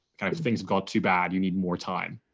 kind of, things got too bad, you need more time?